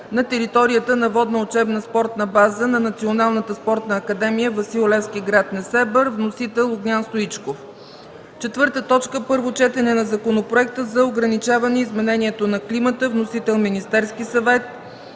на територията на Водна учебна спортна база на Националната спортна академия „Васил Левски” – град Несебър. Вносител – Огнян Стоичков. 4. Първо четене на Законопроекта за ограничаване изменението на климата. Вносител – Министерският съвет.